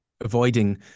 avoiding